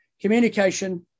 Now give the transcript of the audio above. communication